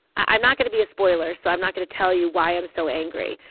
i'm not going to be a spoiler, so i'm not going to tell you why i'm so angry,